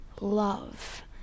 love